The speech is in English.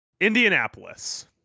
Indianapolis